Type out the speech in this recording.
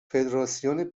فدراسیون